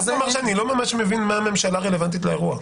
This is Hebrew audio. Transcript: לומר שאני לא ממש מבין מה הממשלה רלוונטית לאירוע?